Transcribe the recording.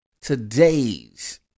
Today's